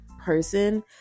person